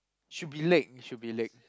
should be leg should be leg